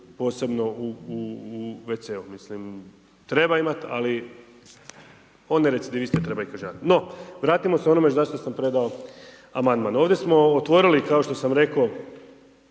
posebno u WC-u. Mislim treba imati, ali one recidiviste treba i kažnjavati. No, vratimo se onome za što sam predao amandman. Ovdje smo otvorili kao što sam rekao